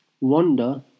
Wonder